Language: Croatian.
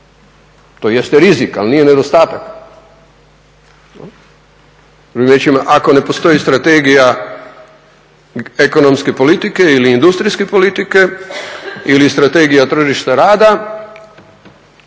To jeste rizik ali nije nedostatak. Drugim riječima ako ne postoji strategija ekonomske politike ili industrijske politike ili strategija tržišta rada